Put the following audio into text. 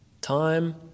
time